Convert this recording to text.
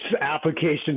application